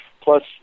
Plus